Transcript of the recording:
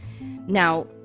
now